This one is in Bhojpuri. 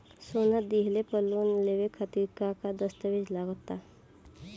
सोना दिहले पर लोन लेवे खातिर का का दस्तावेज लागा ता?